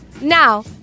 Now